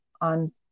on